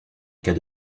cas